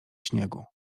śniegu